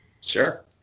Sure